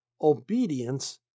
obedience